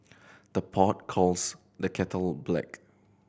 the pot calls the kettle black